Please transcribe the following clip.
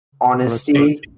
honesty